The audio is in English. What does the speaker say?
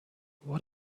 what